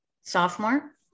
Sophomore